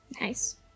Nice